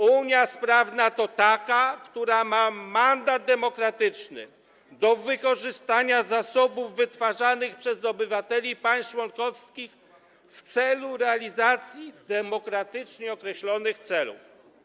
Unia sprawna to taka, która ma mandat demokratyczny do wykorzystania zasobów wytwarzanych przez obywateli państw członkowskich w celu realizacji demokratycznie określonych celów.